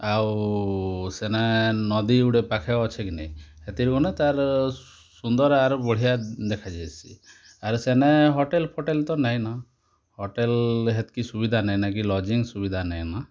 ଆଉ ସେନେ ନଦୀ ଗୁଡ଼େ ପାଖେ ଅଛେ କି ନି ହେଥିର୍ ନା ସୁନ୍ଦର୍ ଆର୍ ବଢ଼ିଆ ଦେଖା ଯାଏସି ଆରୁ ସେନ ହୋଟେଲ୍ ଫୋଟଲ୍ ତ ନାଇ ନ ହୋଟେଲ୍ ହେତ୍କି ସୁବିଧା ନାହିଁ ନା ଲଜିଂ ସୁବିଧା ନାଇ ନ